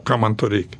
kam man to reikia